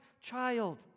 child